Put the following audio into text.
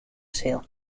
sil